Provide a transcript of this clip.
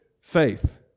faith